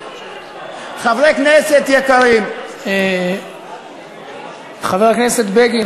חברי כנסת יקרים חבר הכנסת בגין,